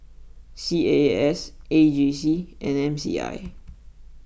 C A A S A G C and M C I